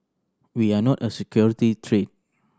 we are not a security threat